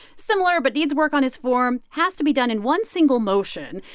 similar, but needs work on his form. has to be done in one single motion,